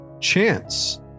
Chance